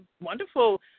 wonderful